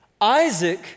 Isaac